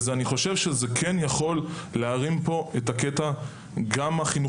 לכן לדעתי זה יכול להרים את ההיבט החינוכי,